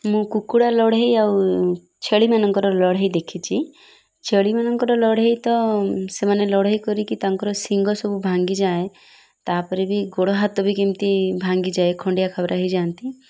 ମୁଁ କୁକୁଡ଼ା ଲଢ଼େଇ ଆଉ ଛେଳିମାନଙ୍କର ଲଢ଼େଇ ଦେଖିଛି ଛେଳିମାନଙ୍କର ଲଢ଼େଇ ତ ସେମାନେ ଲଢ଼େଇ କରିକି ତାଙ୍କର ସିଂଙ୍ଗ ସବୁ ଭାଙ୍ଗିଯାଏ ତା'ପରେ ବି ଗୋଡ଼ ହାତ ବି କେମିତି ଭାଙ୍ଗିଯାଏ ଖଣ୍ଡିଆ ଖାବରା ହେଇଯାଆନ୍ତି